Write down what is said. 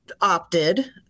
opted